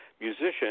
musician